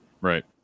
right